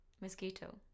Mosquito